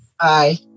Bye